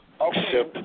Okay